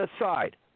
aside